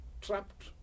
trapped